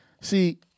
See